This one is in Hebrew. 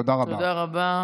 תודה רבה.